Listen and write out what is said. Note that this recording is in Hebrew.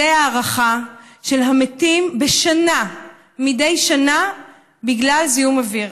זאת ההערכה של מספר המתים מדי שנה בגלל זיהום אוויר.